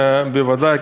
בוודאי,